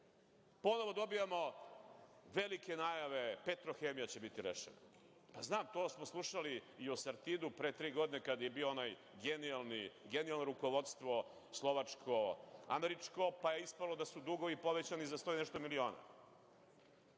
toga? Ponovo dobijamo velike najave - „Petrohemija“ će biti rešena. Znam, to smo slušali i o „Sartidu“ pre tri godine kada je bilo ono genijalno rukovodstvo slovačko-američko, pa je ispalo da su dugovi povećani za sto i nešto miliona.